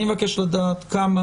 אני מבקש לדעת כמה